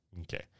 Okay